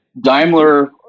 Daimler